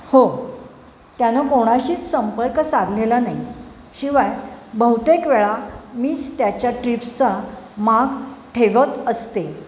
हो त्यानं कोणाशीच संपर्क साधलेला नाही शिवाय बहुतेक वेळा मीच त्याच्या ट्रिप्सचा माग ठेवत असते